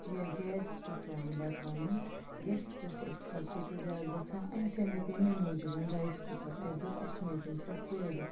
یا گیسس پٮ۪ٹھ پیٚوان بَتہٕ رَنُن گیسس پٮ۪ٹھ چھِ اسہِ خرچہٕ تہِ زیادٕ گَژھان اَسہِ اَنے تمے موٗجوٗب رایس کُکر اَسہِ دوٚپ اَسہِ میلہِ تمہِ سۭتۍ فٲیدٕ